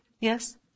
Yes